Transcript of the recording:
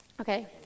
Okay